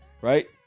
Right